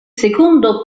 secondo